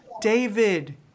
David